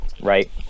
right